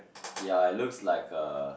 ya it looks like a